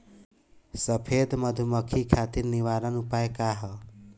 सफेद मक्खी खातिर निवारक उपाय का ह?